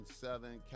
Southern